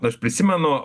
aš prisimenu